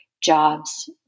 jobs